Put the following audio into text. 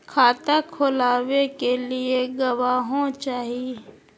खाता खोलाबे के लिए गवाहों चाही?